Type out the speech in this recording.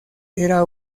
era